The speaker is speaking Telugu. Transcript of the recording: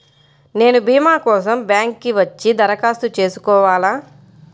నేను భీమా కోసం బ్యాంక్కి వచ్చి దరఖాస్తు చేసుకోవాలా?